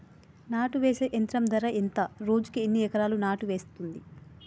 నాటు వేసే యంత్రం ధర ఎంత రోజుకి ఎన్ని ఎకరాలు నాటు వేస్తుంది?